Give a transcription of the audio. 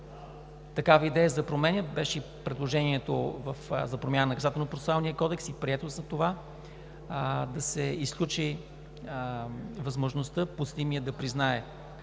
Такава идея за промени беше и предложението за промяна на Наказателно-процесуалния кодекс и прието след това да се изключи възможността подсъдимият да признае